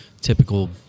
typical